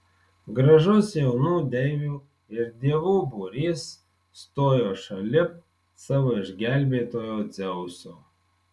gražus jaunų deivių ir dievų būrys stojo šalip savo išgelbėtojo dzeuso